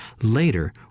later